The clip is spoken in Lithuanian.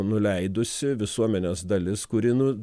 nuleidusi visuomenės dalis kuri nu